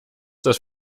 das